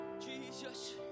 Jesus